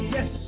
Yes